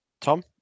Tom